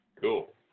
Cool